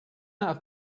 out